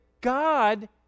God